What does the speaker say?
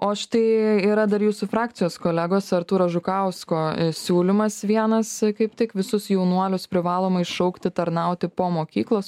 o štai yra dar jūsų frakcijos kolegos artūro žukausko siūlymas vienas kaip tik visus jaunuolius privalomai šaukti tarnauti po mokyklos